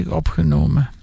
opgenomen